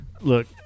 look